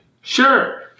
Sure